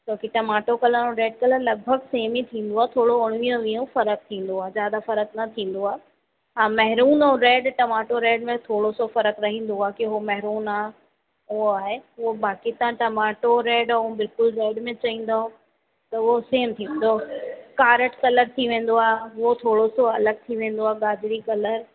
छो कि tomato colour ऐं रेड कलर लॻिभॻ सेम ई थींदो आहे थोरो उणिवीहों वीहों फ़र्क़ु थींदो आहे ज़्यादा फ़र्क़ु न थींदो आहे हा मैरुन और रेड टमाटो रेड में थोरो सो फ़र्कु रहंदो आहे कि हू मैरुन आहे उहो आहे उहो बाकी तव्हां टमाटो रेड ऐं बिल्कुलु रेड में चईंदव त उहो सेम थींदो कारठ कलर थी वेंदो आहे उहो थोरो सो अलॻि थी वेंदो आहे गाजरी कलर